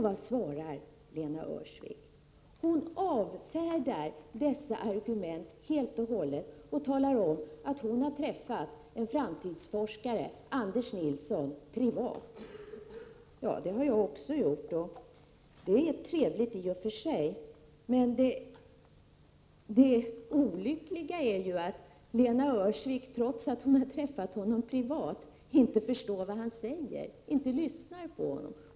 Vad svarar Lena Öhrsvik? Hon avfärdar helt dessa argument och hänvisar till en framtidsforskare, Anders Nilsson, som hon har träffat privat. Ja, det har också jag gjort, och det var i och för sig trevligt, men det olyckliga är att Lena Öhrsvik trots att hon har träffat honom inte har lyssnat på honom och inte förstått vad han säger.